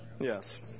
Yes